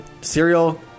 cereal